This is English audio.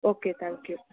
okay thank you